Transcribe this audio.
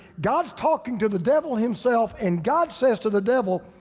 god's talking to the devil himself. and god says to the devil,